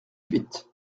huit